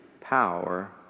power